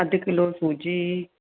अधु किलो सूजी